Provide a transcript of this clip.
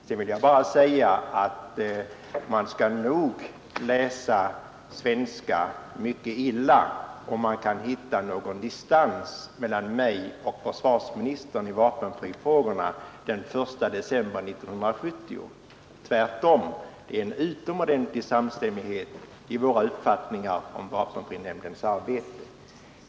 Man skall nog läsa ganska illa innantill i riksdagsprotokollet om man kan finna någon distans mellan mig och försvarsministern i inställningen till vapenfrifrågorna från debatten den 1 december 1970 i dåvarande andra kammaren. Tvärtom är det en utomordentligt stor samstämmighet i våra uppfattningar om vapenfrinämndens arbete.